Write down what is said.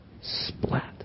Splat